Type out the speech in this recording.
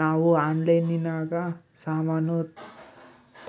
ನಾವು ಆನ್ಲೈನಿನಾಗ ಸಾಮಾನು